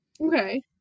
Okay